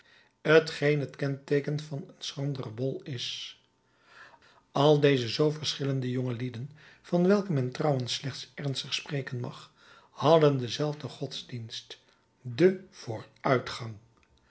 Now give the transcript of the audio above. geen het kenteeken van een schranderen bol is al deze zoo verschillende jongelieden van welke men trouwens slechts ernstig spreken mag hadden denzelfden godsdienst den vooruitgang